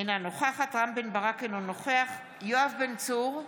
אינה נוכחת רם בן ברק, אינו נוכח יואב בן צור,